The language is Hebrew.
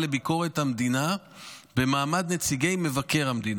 לביקורת המדינה במעמד נציגי מבקר המדינה.